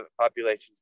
populations